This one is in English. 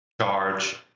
charge